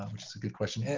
um it's it's a good question.